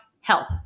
help